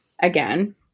again